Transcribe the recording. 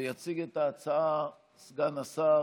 יציג את ההצעה סגן השר